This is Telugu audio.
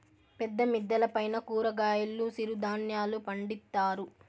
పెద్ద మిద్దెల పైన కూరగాయలు సిరుధాన్యాలు పండిత్తారు